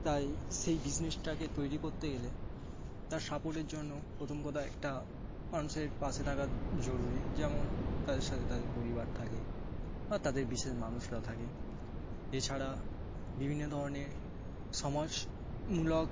তাই সেই বিজনেসটাকে তৈরি করতে গেলে তার সাপোর্টের জন্য প্রথম কথা একটা মানুষের পাশে থাকা জরুরি যেমন তাদের সাথে তাদের পরিবার থাকে বা তাদের বিশেষ মানুষরা থাকে এছাড়া বিভিন্ন ধরনের সমাজমূলক